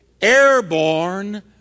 airborne